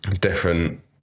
Different